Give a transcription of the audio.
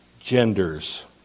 Genders